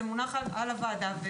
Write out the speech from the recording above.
זה מונח על שולחן הוועדה.